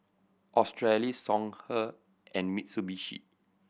Australis Songhe and Mitsubishi